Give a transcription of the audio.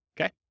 okay